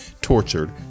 tortured